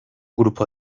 grupo